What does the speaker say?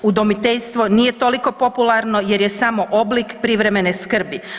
Udomiteljstvo nije toliko popularno jer je samo oblik privremen skrbi.